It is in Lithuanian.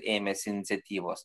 ėmėsi iniciatyvos